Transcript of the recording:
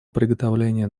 приготовления